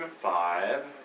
five